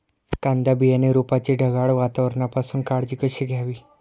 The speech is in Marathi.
कांदा बियाणे रोपाची ढगाळ वातावरणापासून काळजी कशी घ्यावी?